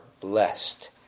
blessed